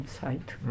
site